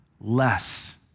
less